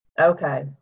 Okay